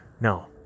No